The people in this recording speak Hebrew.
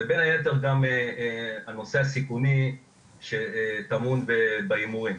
ובין היתר גם על הנושא הסיכוני שטמון בהימורים.